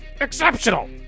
exceptional